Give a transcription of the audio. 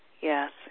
Yes